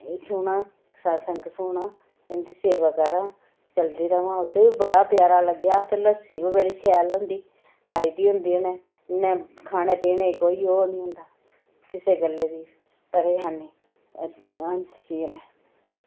सुना ते सत्संग सुना ते इं'दी सेवा करांऽ ते चलदी र'वां ते उत्थै बी बड़ा प्यारा लग्गेआ ते लस्सी बी बड़ी शैल होंदी ते लाई दी होंदी उ'नें ते खाने पीने गी ओह् निं होंदा ते कुसै गल्लै दी परेशानी